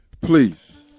please